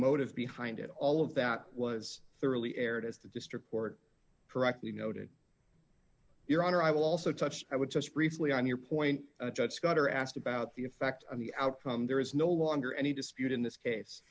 motive behind it all of that was thoroughly aired as the district court correctly noted your honor i will also touch i would just briefly on your point judge scotter asked about the effect on the outcome there is no longer any dispute in this case